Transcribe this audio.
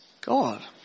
God